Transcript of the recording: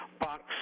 box